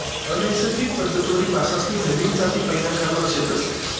अनैसर्गिक पद्धतवरी मासासनी नवीन जाती पैदा करणार शेतस